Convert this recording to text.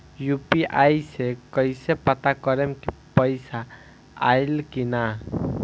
UPI से कईसे पता करेम की पैसा आइल की ना?